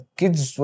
kids